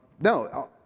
no